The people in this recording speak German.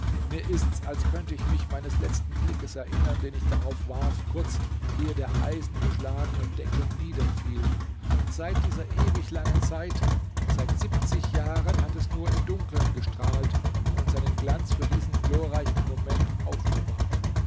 mir ist's als könnte ich mich meines letzten blickes erinnern den ich darauf warf kurz ehe der eisenbeschlagene deckel niederfiel und seit dieser ewig langen zeit seit siebenzig jahren hat es nur im dunkeln gestrahlt und seinen glanz für diesen glorreichen moment aufbewahrt